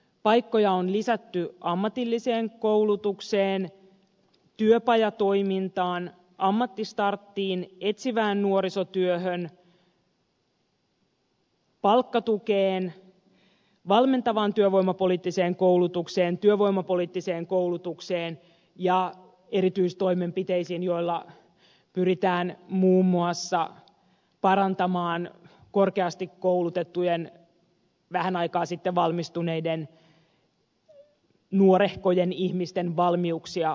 paikkoja on lisätty ammatilliseen koulutukseen työpajatoimintaan ammattistarttiin etsivään nuorisotyöhön palkkatukeen valmentavaan työvoimapoliittiseen koulutukseen työvoimapoliittiseen koulutukseen ja erityistoimenpiteisiin joilla pyritään muun muassa parantamaan korkeasti koulutettujen vähän aikaa sitten valmistuneiden nuorehkojen ihmisten valmiuksia ryhtyä yrittäjäksi